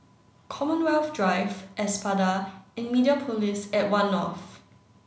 Commonwealth Drive Espada and Mediapolis at One North